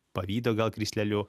pavydo gal krisleliu